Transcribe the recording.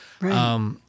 Right